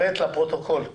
לפרוטוקול.